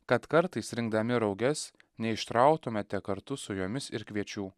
kad kartais rinkdami rauges neišrautumėte kartu su jomis ir kviečių